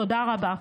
תודה רבה.